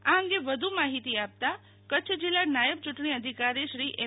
આ અંગે વધુ માહિતી આપતા કચ્છ જિલ્લા નાયબ યુંટણી અધિકારી શ્રી એમ